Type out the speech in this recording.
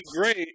great